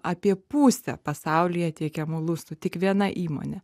apie pusę pasaulyje teikiamų lustų tik viena įmonė